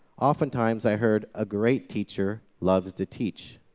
oftentimes i heard, a great teacher loves to teach.